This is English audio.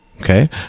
okay